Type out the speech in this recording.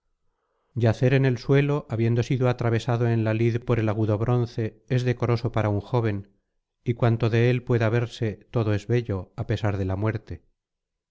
yacer en el suelo habiendo sido atravesado en la lid por el agudo bronce es decoroso para un joven y cuanto de él pueda verse todo es bello á pesar de la muerte